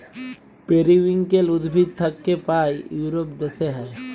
periwinkle উদ্ভিদ থাক্যে পায় ইউরোপ দ্যাশে হ্যয়